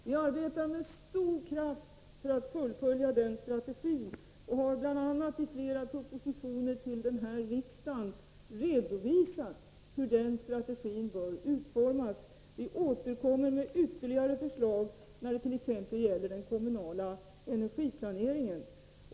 Vi arbetar med stor kraft för att fullfölja den strategin och har bl.a. i flera propositioner till riksdagen redovisat hur denna strategi bör utformas. Vi återkommer med ytterligare förslag, t.ex. när det gäller den kommunala energiplaneringen.